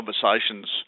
conversations